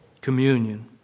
communion